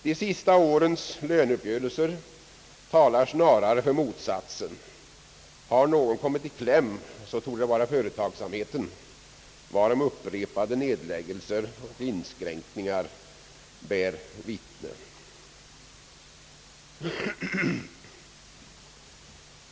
De senaste årens löneuppgörelser talar snarare för motsatsen. Om någon har kommit i kläm så torde det vara företagsamheten, varom upprepade nedläggningar och inskränkningar bär vittne.